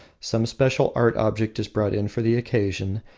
some special art object is brought in for the occasion,